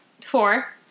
four